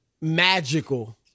magical